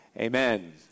Amen